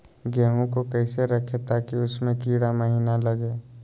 गेंहू को कैसे रखे ताकि उसमे कीड़ा महिना लगे?